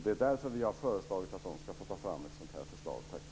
Det är därför vi har föreslagit att de ska få ta fram ett sådant här förslag.